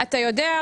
אתה יודע,